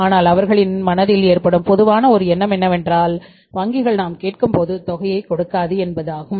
ஆனால் அவர்களின் மனதில் ஏற்படும் பொதுவான ஒரு எண்ணம் என்னவென்றால் வங்கிகள் நாம்கேட்கும் தொகையை கொடுக்காது என்பது ஆகும்